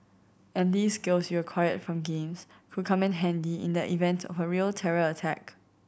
and these skills you acquired from games could come in handy in the event a real terror attack